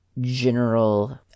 general